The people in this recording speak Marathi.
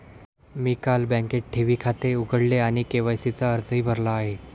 मी काल बँकेत ठेवी खाते उघडले आणि के.वाय.सी चा अर्जही भरला आहे